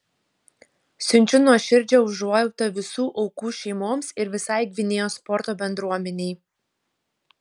siunčiu nuoširdžią užuojautą visų aukų šeimoms ir visai gvinėjos sporto bendruomenei